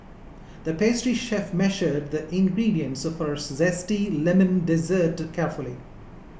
the pastry chef measured the ingredients for a Zesty Lemon Dessert carefully